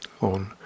on